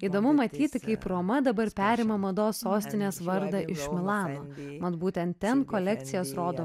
įdomu matyti kaip roma dabar perima mados sostinės vardą iš milano mat būtent ten kolekcijas rodo